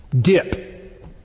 dip